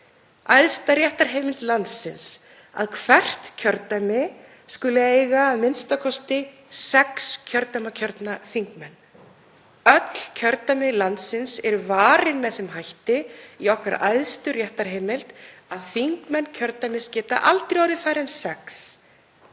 æðsta réttarheimild landsins, að hvert kjördæmi skuli eiga a.m.k. sex kjördæmakjörna þingmenn. Öll kjördæmi landsins eru varin með þeim hætti í okkar æðstu réttarheimild að þingmenn kjördæmis geta aldrei orðið færri en sex.